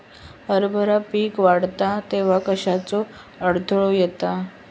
हरभरा पीक वाढता तेव्हा कश्याचो अडथलो येता?